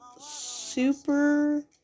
super